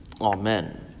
amen